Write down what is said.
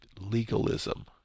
legalism